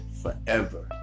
forever